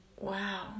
Wow